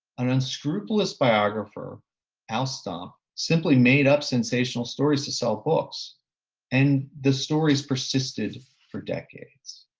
an unscrupulous biographer alstom simply made up sensational stories to sell books and the stories persisted for decades.